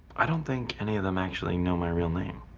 i don't think any of them actually know my real name.